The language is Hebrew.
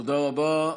תודה רבה.